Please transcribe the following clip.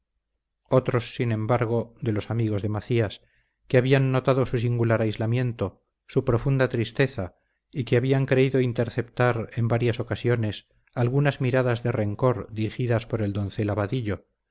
otros sin embargo de los amigos de macías que habían notado su singular aislamiento su profunda tristeza y que habían creído interceptar en varias ocasiones algunas miradas de rencor dirigidas por el doncel a vadillo